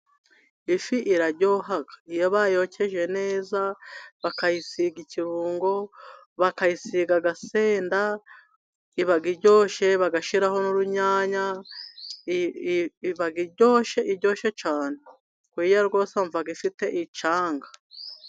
Ifi iraryoha, iyo bayokeje neza, bakayisiga ikirungo, bakayisiga agasenda, iba iryoshye bagashiraho n'urunyanya, iba iryoshye cyane weya rwose wumva ifite icyanga.